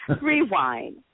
rewind